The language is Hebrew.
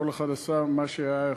כל אחד עשה מה שהיה יכול.